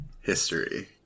history